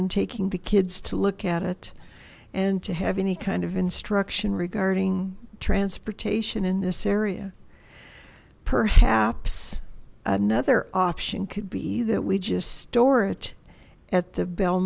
and taking the kids to look at it and to have any kind of instruction regarding transportation in this area perhaps another option could be that we just storage at the